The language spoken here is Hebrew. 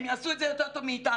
הם יעשו את זה יותר טוב מאיתנו.